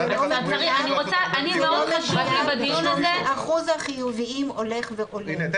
--- זה לא מדויק משום שאחוז החיוביים הולך ועולה.